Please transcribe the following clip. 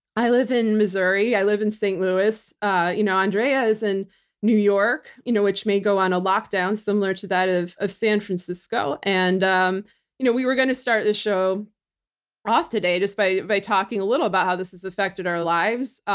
i live in missouri, i live in st. louis. ah you know andrea is in new york you know which may go on a lockdown similar to that of of san francisco. and um you know we were going to start the show off today just by by talking a little about how this has affected our lives.